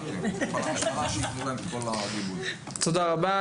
תודה רבה.